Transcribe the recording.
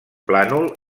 plànol